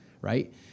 right